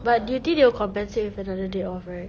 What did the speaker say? but duty they will compensate with another day off right